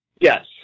Yes